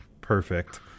Perfect